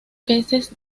peces